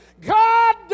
God